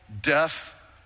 death